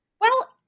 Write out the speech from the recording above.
Well-